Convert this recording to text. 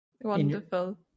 Wonderful